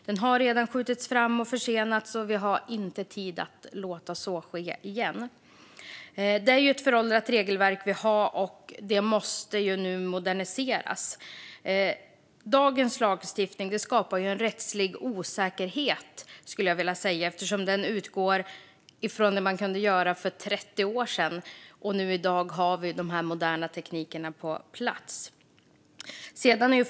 Den har redan skjutits fram och försenats, och vi har inte tid att låta så ske igen. Det är ett föråldrat regelverk vi har, och det måste nu moderniseras. Dagens lagstiftning skapar en rättslig osäkerhet, skulle jag vilja säga, eftersom den utgår från det man kunde göra för 30 år sedan. I dag har vi de här moderna teknikerna på plats.